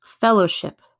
Fellowship